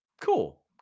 Cool